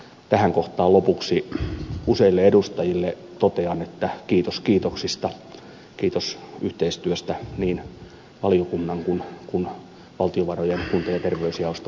tähän kohtaan lopuksi useille edustajille totean että kiitos kiitoksista kiitos yhteistyöstä niin valiokunnan kuin valtiovarojen kunta ja terveysjaoston kanssa